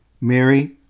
Mary